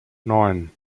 neun